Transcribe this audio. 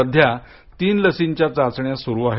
सध्या तीन लसींच्या चाचण्या सुरु आहेत